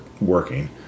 working